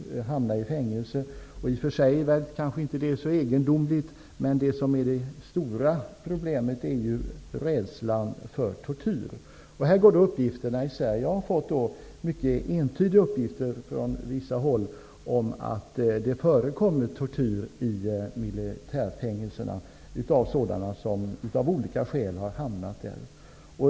Det kanske i och för sig inte är så egendomligt, men det stora problemet är rädslan för tortyr. Här går uppgifterna isär. Jag har fått mycket entydiga uppgifter om att det i militärfängelserna förekommer tortyr av sådana som av olika skäl har hamnat där.